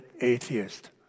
atheist